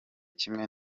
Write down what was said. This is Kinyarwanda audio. kimwe